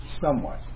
somewhat